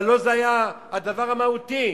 אבל לא זה היה הדבר המהותי.